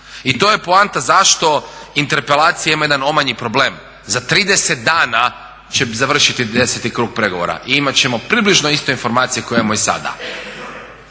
I to je poanta zašto interpelacija ima jedan omanji problem, za 30 dana će završiti 10.krug pregovora i imat ćemo približno iste informacije koje imamo i sada.